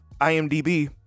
IMDB